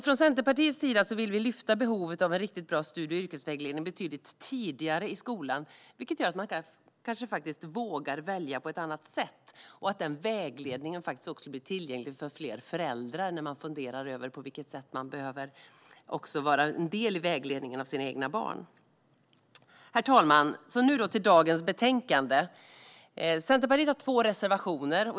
Från Centerpartiets sida vill vi därför lyfta fram behovet av att ha en riktigt bra studie och yrkesvägledning betydligt tidigare i skolan. Det gör kanske att elever faktiskt vågar välja på ett annat sätt. Vägledningen bör också vara tillgänglig för fler föräldrar som funderar över på vilket sätt de behöver vara en del i vägledningen för de egna barnen. Herr talman! Jag går över till dagens betänkande. Centerpartiet har två reservationer.